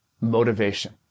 motivation